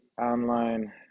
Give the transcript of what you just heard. online